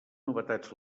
novetats